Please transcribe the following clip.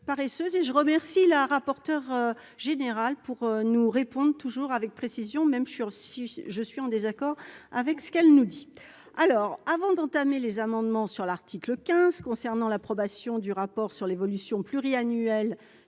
je remercie la rapporteure. Général pour nous répondre toujours avec précision même sur six je suis en désaccord avec ce qu'elle nous dit alors, avant d'entamer les amendements sur l'article 15 concernant l'approbation du rapport sur l'évolution pluri-.